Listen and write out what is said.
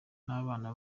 n’abana